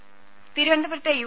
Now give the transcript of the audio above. ത തിരുവനന്തപുരത്തെ യു